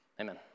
Amen